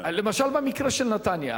למשל במקרה של נתניה,